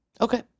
Okay